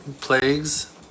plagues